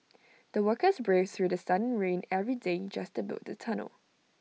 the workers braved through sun and rain every day just to build the tunnel